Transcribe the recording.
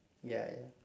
ya ya